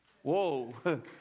Whoa